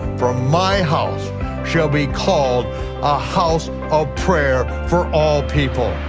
for my house shall be called a house of prayer for all people.